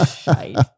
shite